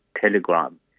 Telegram